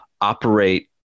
operate